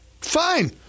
Fine